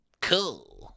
Cool